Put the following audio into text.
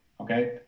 Okay